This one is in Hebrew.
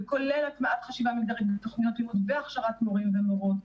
כולל הטמעת חשיבה מגדרית ותוכניות לימוד והכשרת מורים ומורות.